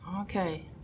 Okay